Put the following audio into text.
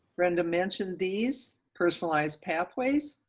brenda mentioned these personalized pathways.